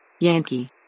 Yankee